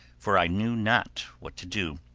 for i knew not what to do.